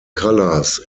colors